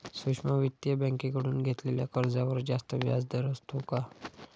सूक्ष्म वित्तीय बँकेकडून घेतलेल्या कर्जावर जास्त व्याजदर असतो का?